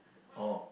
oh